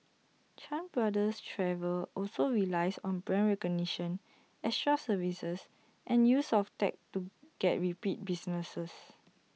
chan brothers travel also relies on brand recognition extra services and use of tech to get repeat business